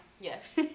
yes